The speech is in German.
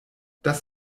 das